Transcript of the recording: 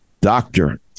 Doctor